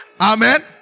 amen